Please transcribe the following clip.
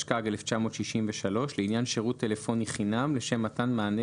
התשכ"ג-1963 לעניין שירות טלפוני חינם לשם מתן מענה